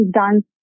dance